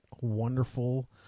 wonderful